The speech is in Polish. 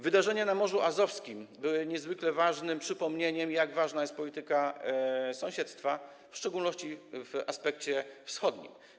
Wydarzenia na Morzu Azowskim były niezwykle ważnym przypomnieniem, jak ważna jest polityka sąsiedztwa, w szczególności w aspekcie wschodnim.